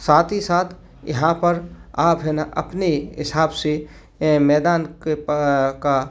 साथ ही साथ यहाँ पर आप है ना अपने हिसाब से अ मैदान के पा अ का